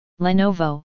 Lenovo